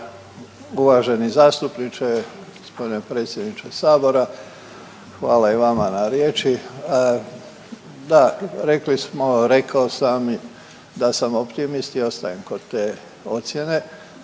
vam uvaženi zastupniče, gospodine predsjedniče sabora hvala i vama na riječi, da rekli smo, rekao sam da sam optimist i ostajem kod te ocjene.